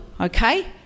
Okay